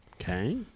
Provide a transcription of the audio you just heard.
Okay